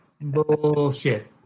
Bullshit